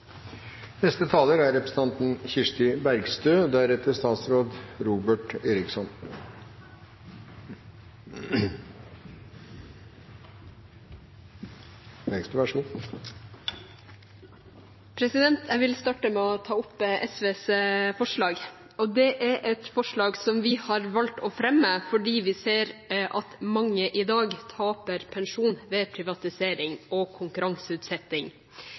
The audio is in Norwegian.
Jeg vil starte med å ta opp SVs forslag. Det er et forslag som vi har valgt å fremme fordi vi ser at mange i dag taper pensjon ved privatisering og konkurranseutsetting,